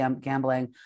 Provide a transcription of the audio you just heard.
gambling